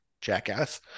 jackass